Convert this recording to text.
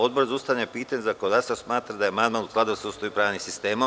Odbora za ustavna pitanja i zakonodavstvo smatra da je amandman u skladu sa Ustavom i pravnim sistemom.